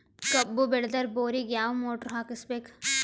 ಕಬ್ಬು ಬೇಳದರ್ ಬೋರಿಗ ಯಾವ ಮೋಟ್ರ ಹಾಕಿಸಬೇಕು?